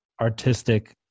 artistic